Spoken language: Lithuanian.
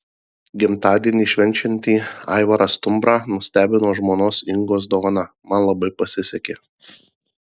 gimtadienį švenčiantį aivarą stumbrą nustebino žmonos ingos dovana man labai pasisekė